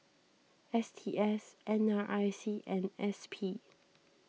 S T S N R I C and S P